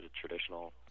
traditional